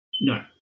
No